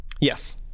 Yes